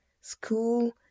school